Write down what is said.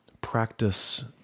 practice